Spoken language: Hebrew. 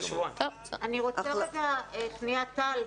טל,